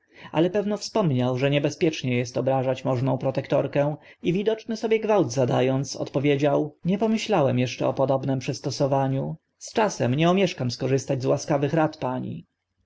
ale pewno wspomniał że niebezpiecznie est obrażać możną protektorkę i widoczny sobie gwałt zada ąc odpowiedział nie pomyślałem eszcze o podobnym przystosowaniu z czasem nie omieszkam korzystać z łaskawych rad pani